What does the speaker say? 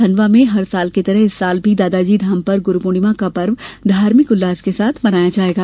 खंडवा में हर साल की तरह इस साल भी दादाजी धाम पर गुरू पूर्णिमा का पर्व धार्मिक उल्लास के साथ मनाया जाएगा